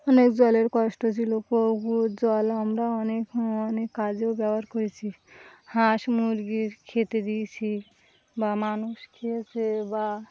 অনেক জলের কষ্ট ছিল জল আমরা অনেক অনেক কাজেও ব্যবহার করেছি হাঁস মুরগির খেতে দিয়েছি বা মানুষ খেয়েছে বা